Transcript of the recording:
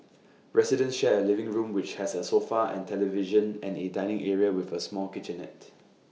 residents share A living room which has A sofa and television and A dining area with A small kitchenette